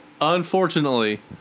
unfortunately